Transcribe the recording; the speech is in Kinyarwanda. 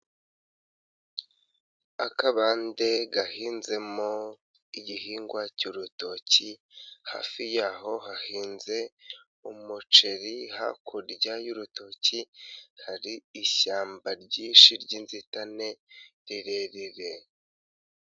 Akabande gahinzemo igihingwa cy'urutoki, hafi yaho hahinze umuceri, hakurya y'urutoki hari ishyamba ryinshi ry'inzitane rirerire.